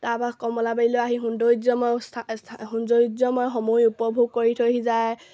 তাৰপৰা কমলাবাৰীলৈ আহি সৌন্দৰ্যময় সৌন্দৰ্যময় সময় উপভোগ কৰি থৈহি যায়